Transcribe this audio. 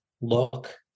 look